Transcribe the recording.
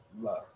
love